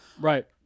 Right